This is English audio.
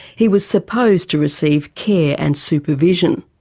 he was supposed to receive care and supervision.